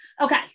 Okay